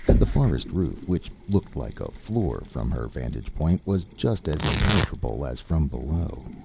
the forest roof which looked like a floor from her vantage-point was just as impenetrable as from below.